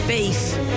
Beef